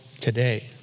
today